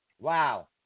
Wow